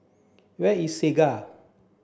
where is Segar